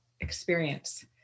experience